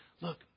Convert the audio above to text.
look